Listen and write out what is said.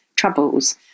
troubles